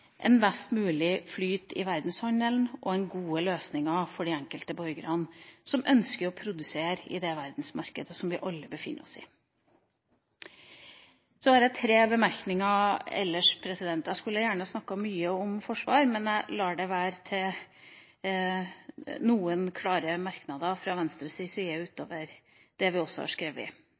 en best mulig flyt i verdenshandelen og gode løsninger for den enkelte borger, som ønsker å produsere i det verdensmarkedet som vi alle befinner oss i. Jeg har ellers tre bemerkninger. Jeg skulle gjerne ha snakket mye om forsvar, men jeg lar det være med noen klare merknader fra Venstres side utover det vi har skrevet